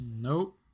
Nope